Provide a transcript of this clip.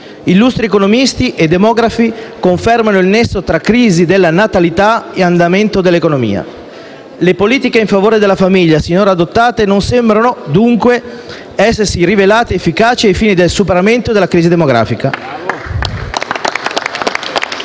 Illustri economisti e demografi confermano il nesso tra crisi della natalità e andamento dell'economia. Le politiche in favore della famiglia sinora adottate non sembrano, dunque, essersi rivelate efficaci ai fini del superamento della crisi demografica.